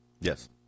Yes